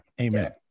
Amen